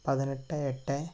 പതിനെട്ട് എട്ട്